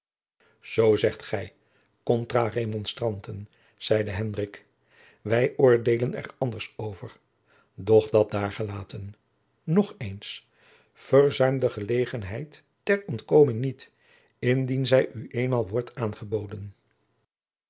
zoo zegt gij contra remonstranten zeide hendrik wij oordeelen er anders over doch dat daargelaten nog eens verzuim de gelegenheid ter ontkoming niet indien zij u eenmaal wordt aangeboden